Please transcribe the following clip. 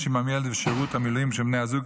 עימם ילד ושירות המילואים של בני הזוג